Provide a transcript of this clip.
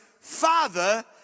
Father